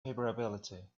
favorability